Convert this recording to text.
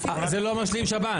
זה לא משלים שב"ן.